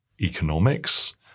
economics